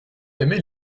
aimait